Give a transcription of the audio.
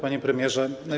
Panie Premierze!